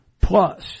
plus